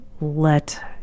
let